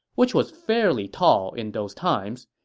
which was fairly tall in those times.